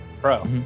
Bro